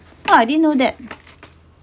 oh I didn't know that